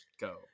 go